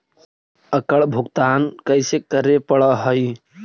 एकड़ भुगतान कैसे करे पड़हई?